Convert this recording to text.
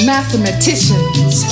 Mathematicians